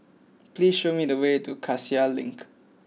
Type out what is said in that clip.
please show me the way to Cassia Link